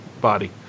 body